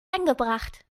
angebracht